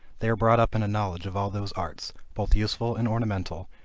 they are brought up in a knowledge of all those arts, both useful and ornamental,